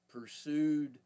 pursued